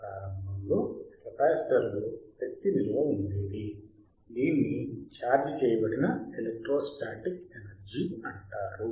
ప్రారంభంలో కెపాసిటర్ లో శక్తి నిలువ ఉండేది దీనిని ఛార్జ్ చేయబడిన ఎలక్ట్రోస్టాటిక్ ఎనర్జీ అంటారు